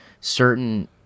certain